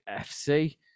FC